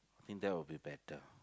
think there will be better